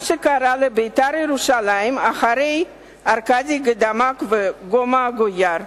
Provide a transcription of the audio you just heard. מה שקרה ל"בית"ר ירושלים" אחרי ארקדי גאידמק וגומא אגיאר.